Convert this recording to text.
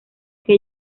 que